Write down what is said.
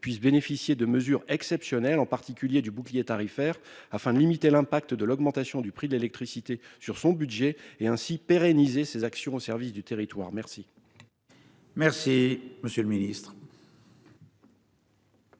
puisse bénéficier de mesures exceptionnelles en particulier du bouclier tarifaire afin de limiter l'impact de l'augmentation du prix de l'électricité sur son budget et ainsi pérenniser ces actions au service du territoire. Merci. Merci monsieur le ministre.